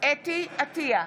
אתי עטייה,